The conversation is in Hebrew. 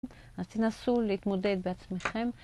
אז תנסו להתמודד בעצמכם.